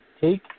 Take